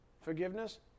forgiveness